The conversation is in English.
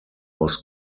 was